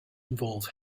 involves